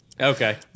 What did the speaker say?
Okay